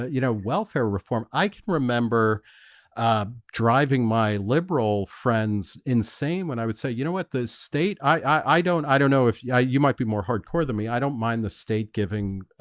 you know, welfare reform i can remember ah driving my liberal friends insane when i would say, you know what the state? i i don't i don't know if yeah you might be more hardcore than me i don't mind the state giving ah,